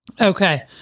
Okay